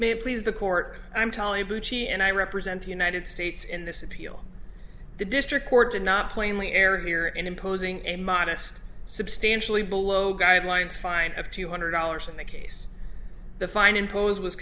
may please the court i'm telling you and i represent the united states in this appeal the district court did not plainly error here in imposing a modest substantially below guidelines fine of two hundred dollars in the case the fine imposed was